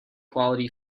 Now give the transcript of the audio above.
quality